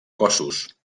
cossos